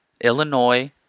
Illinois